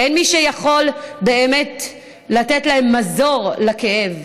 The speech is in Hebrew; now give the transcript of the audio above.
ואין מי שיכול באמת לתת להם מזור לכאב.